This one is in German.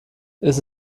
ist